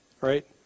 right